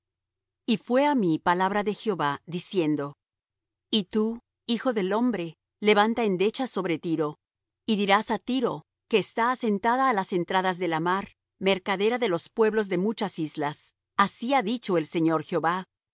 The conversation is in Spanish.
y fué á mí palabra de jehová diciendo y tú hijo del hombre levanta endechas sobre tiro y dirás á tiro que está asentada á las entradas de la mar mercadera de los pueblos de muchas islas así ha dicho el señor jehová